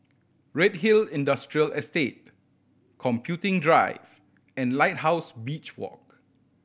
Redhill Industrial Estate Computing Drive and Lighthouse Beach Walk